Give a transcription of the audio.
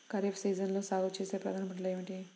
ఖరీఫ్ సీజన్లో సాగుచేసే ప్రధాన పంటలు ఏమిటీ?